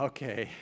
Okay